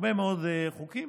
הרבה מאוד חוקים.